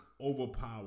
overpower